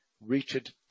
reached